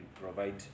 provide